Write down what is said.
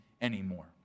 anymore